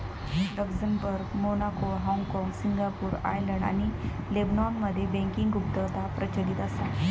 Luxembourg, Monaco, हाँगकाँग, Singapore, Ireland आणि लेबनॉनमध्ये बँकिंग गुप्तता प्रचलित असा